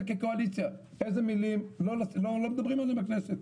כקואליציה איזה מילים לא נאמרות בכנסת,